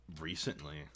recently